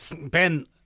Ben